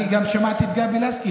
אני גם שמעתי את גבי לסקי,